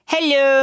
Hello